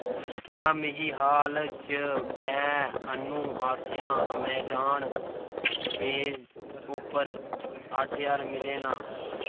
क्या मिगी हाल च गै अनु आसेआ अमेजान पेऽ उप्पर अट्ठ ज्हार मिले न